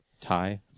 Thai